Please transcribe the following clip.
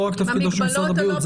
לא רק תפקידו של משרד הבריאות,